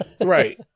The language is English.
Right